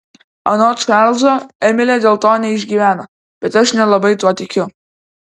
anot čarlzo emilė dėl to neišgyveno bet aš nelabai tuo tikiu